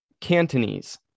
Cantonese